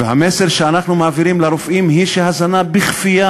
והמסר שאנחנו מעבירים לרופאים הוא שהזנה בכפייה,